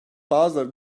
bazıları